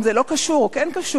אם זה לא קשור או כן קשור,